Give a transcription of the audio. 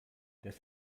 das